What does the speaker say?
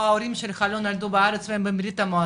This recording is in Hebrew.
או ההורים שלך לא נולדו בארץ והם מבריה"מ,